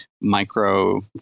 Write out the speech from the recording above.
micro